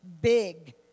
big